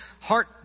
heart